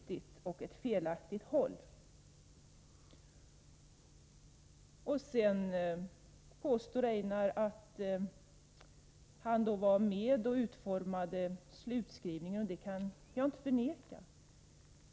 Einar Larsson framhåller vidare att han var med om att utforma den slutliga skrivningen, och det kan jag inte förneka.